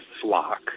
flock